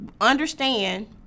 understand